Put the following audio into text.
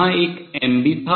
वहाँ एक m भी था